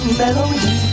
melody